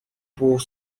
pour